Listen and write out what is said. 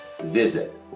visit